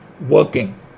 working